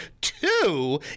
Two